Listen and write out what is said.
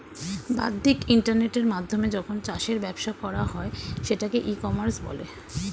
বাদ্দিক ইন্টারনেটের মাধ্যমে যখন চাষের ব্যবসা করা হয় সেটাকে ই কমার্স বলে